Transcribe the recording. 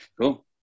Cool